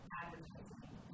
advertising